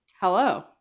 hello